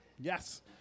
Yes